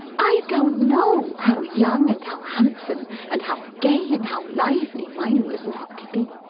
i don't know how young, and how handsome, and how gay, and how lively, mine was not to be!